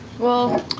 well,